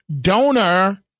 donor